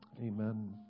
Amen